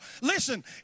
listen